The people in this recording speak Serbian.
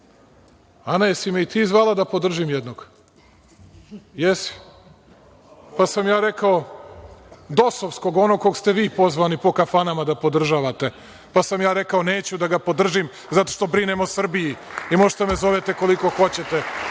jesi li me i ti zvala da podržim jednog? Jesi. Pa sam ja rekao, dosovskog onog, kog ste vi pozvani po kafanama da podržavate, pa sam ja rekao – neću da ga podržim zato što brinem o Srbiji i možete da me zovete koliko hoćete,